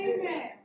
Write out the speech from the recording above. Amen